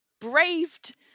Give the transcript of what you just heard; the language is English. braved